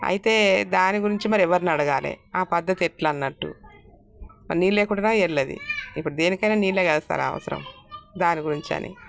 అయితే దాని గురించి మరి ఎవరిని అడగాలి ఆ పధ్ధతి ఎట్ల అన్నట్టు మరి నీళ్ళు లేకుంటేనా వెల్లదు ఇప్పుడు దేనికయినా నీళ్ళే కదా సార్ అవసరం దాని గురించని